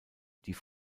die